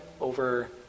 over